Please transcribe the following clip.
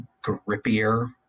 grippier